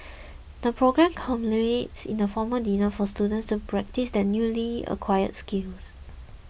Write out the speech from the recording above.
the programme culminates in a formal dinner for students to practise their newly acquired skills